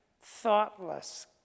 thoughtless